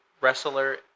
Wrestler